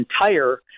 entire